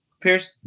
Pierce